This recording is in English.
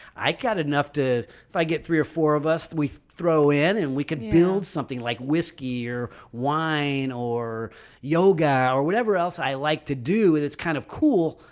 i got enough to if i get three or four of us, we throw in and we can build something like whiskey or wine or yoga or whatever else i like to do. and it's kind of cool.